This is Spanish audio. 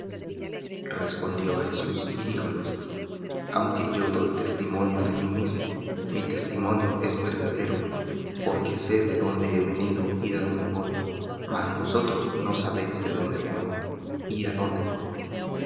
respondió jesús y díjoles aunque yo doy testimonio de mí mismo mi testimonio es verdadero porque sé de dónde he venido y á dónde voy mas vosotros no sabéis de dónde vengo y á dónde voy